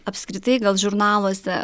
apskritai gal žurnaluose